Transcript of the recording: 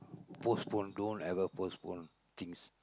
postpone don't ever postpone things